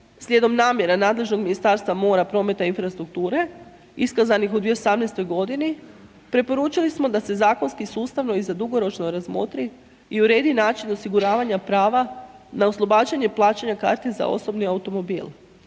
slijedom namjera nadležnog Ministarstva mora, prometa i infrastrukture, iskazanih u 2018. g. preporučili smo da se zakonski sustavno i za dugoročno razmotri i uredi način osiguravanja prava na oslobađanje plaćanja karti za osobni automobil